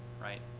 right